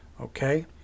Okay